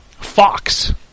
Fox